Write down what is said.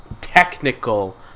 technical